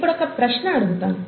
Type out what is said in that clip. ఇప్పుడొక ప్రశ్న అడుగుతాను